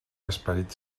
esperit